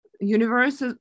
universe